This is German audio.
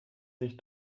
sich